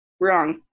Wrong